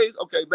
Okay